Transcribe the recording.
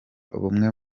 bumwe